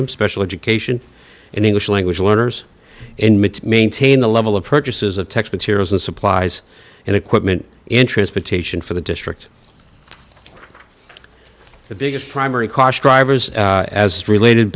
them special education and english language learners maintain the level of purchases of text materials and supplies and equipment interest petition for the district the biggest primary cost drivers as related